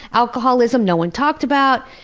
alcoholism no one talked about,